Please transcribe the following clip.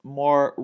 more